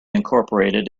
incorporated